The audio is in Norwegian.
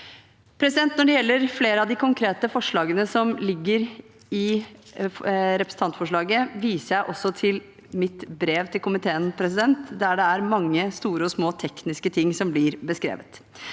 Når det gjelder flere av de konkrete forslagene som ligger i representantforslaget, viser jeg også til mitt brev til komiteen, der mange store og små tekniske ting blir beskrevet.